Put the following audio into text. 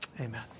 amen